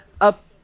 Up